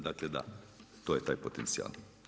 Dakle da to je taj potencijal.